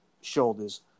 shoulders